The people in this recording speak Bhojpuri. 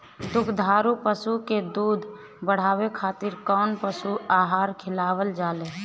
दुग्धारू पशु के दुध बढ़ावे खातिर कौन पशु आहार खिलावल जाले?